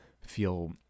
feel